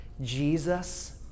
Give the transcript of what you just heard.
Jesus